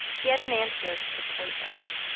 he had an antidote to the poison.